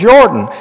Jordan